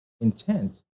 intent